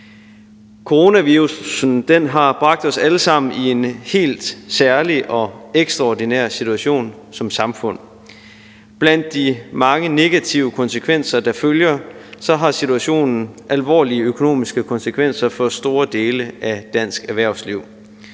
Coronavirussen har bragt os alle sammen i en helt særlig og ekstraordinær situation som samfund, og blandt de mange negative konsekvenser, der følger, har situationen alvorlige økonomiske konsekvenser for store dele af dansk erhvervsliv.